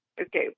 Okay